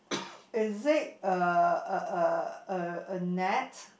is it a a a a a net